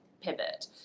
pivot